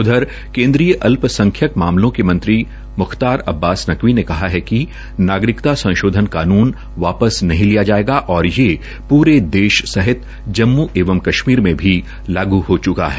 उधर केन्द्रीय अल्पसंख्यक मामलों के मंत्री मुख्तार अब्बास नकवी ने कहा कि नागरिकता संशोधन कानून वापस नहीं लिया जायेगा और ये पूरे देश सहित जम्मू एवं कश्मीर में भी लागू हो चुका है